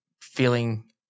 feeling